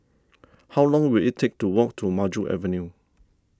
how long will it take to walk to Maju Avenue